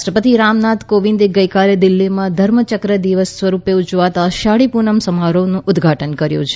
રાષ્ટ્રપતિ રામનાથ કોવિંદે ગઈકાલે દિલ્હીમાં ધર્મચક્ર દિવસ સ્વરૂપે ઉજવાતા અષાઢી પુનમ સમારોહાનું ઉદઘાટન કર્યું છે